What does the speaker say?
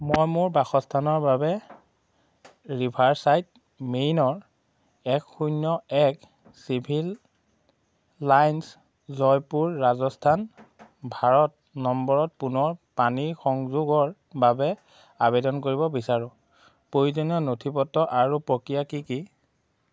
মই মোৰ বাসস্থানৰ বাবে ৰিভাৰ্চাইড মেনৰ এক শূন্য এক চিভিল লাইন্স জয়পুৰ ৰাজস্থান ভাৰত নম্বৰত পুনৰ পানীৰ সংযোগৰ বাবে আবেদন কৰিব বিচাৰোঁ প্ৰয়োজনীয় নথিপত্ৰ আৰু প্ৰক্ৰিয়া কি কি